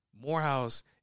Morehouse